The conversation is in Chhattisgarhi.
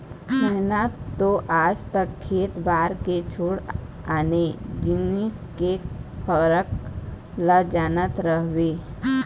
मेंहा तो आज तक खेत खार के छोड़ आने जिनिस के फरक ल जानत रहेंव